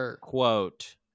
quote